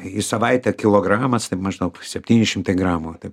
į savaitę kilogramas maždaug septyni šimtai gramų taip